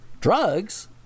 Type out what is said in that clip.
drugs